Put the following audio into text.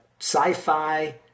sci-fi